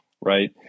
right